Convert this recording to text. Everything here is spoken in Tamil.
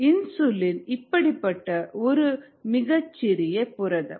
இன்சுலின் இப்படிப்பட்ட ஒரு மிகச்சிறிய புரதம்